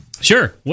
Sure